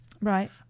Right